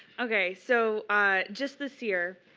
ok, so just this year,